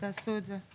מצוין, תעשו את זה.